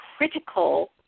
critical